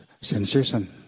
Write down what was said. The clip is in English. sensation